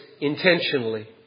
intentionally